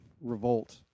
revolt